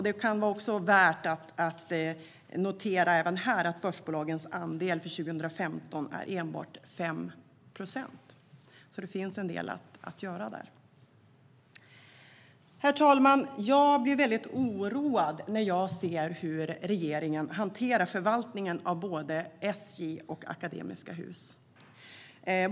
Det kan vara värt att notera även här att motsvarande siffra för börsbolagen bara är 5 procent 2015. Det finns en del att göra där. Herr talman! Jag blir väldigt oroad när jag ser hur regeringen hanterar förvaltningen av SJ och Akademiska Hus.